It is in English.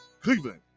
Cleveland